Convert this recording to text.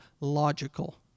logical